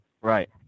Right